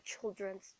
children's